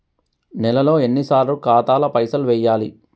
నెలలో ఎన్నిసార్లు ఖాతాల పైసలు వెయ్యాలి?